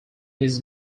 his